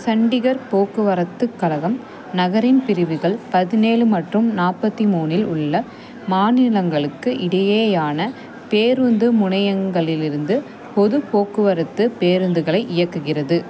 சண்டிகர் போக்குவரத்துக் கழகம் நகரின் பிரிவுகள் பதினேழு மற்றும் நாற்பத்தி மூணில் உள்ள மாநிலங்களுக்கு இடையேயான பேருந்து முனையங்களிலிருந்து பொதுப் போக்குவரத்து பேருந்துகளை இயக்குகிறது